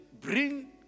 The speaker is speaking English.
bring